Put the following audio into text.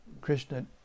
Krishna